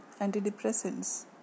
antidepressants